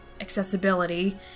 accessibility